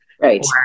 Right